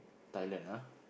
Thailand ah